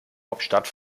hauptstadt